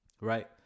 right